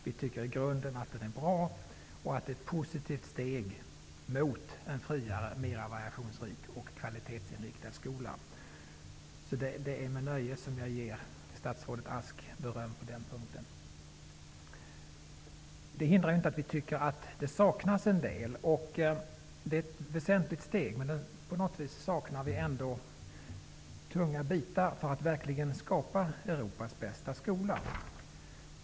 Vi tycker i grunden att den är bra och att den är ett positivt steg mot en friare, mera variationsrik och kvalitetsinriktad skola. Det är med nöje som jag ger statsrådet Ask beröm på den punkten. Det hindrar dock inte att vi tycker att det saknas en del. Propositionen är ett väsentligt steg, men på något sätt saknar vi ändå tunga bitar för att man verkligen skall kunna skapa Europas bästa skola.